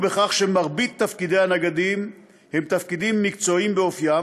הוא בכך שמרבית תפקידי הנגדים הם תפקידים מקצועיים באופיים